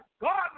God